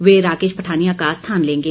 वह राकेश पठानिया का स्थान लेंगे